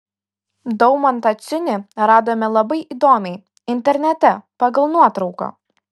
daumantą ciunį radome labai įdomiai internete pagal nuotrauką